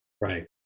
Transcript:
Right